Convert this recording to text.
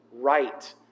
right